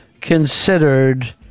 considered